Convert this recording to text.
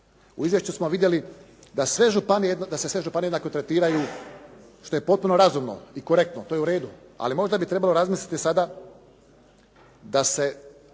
U izvješću smo vidjeli da se sve županije jednako tretiraju što je potpuno razumno i korektno. To je u redu. Ali možda bi trebalo razmisliti sada da se